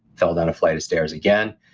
fell down a flight of stairs again,